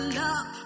love